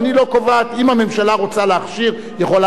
אם הממשלה רוצה להכשיר, היא יכולה להכשיר הכול,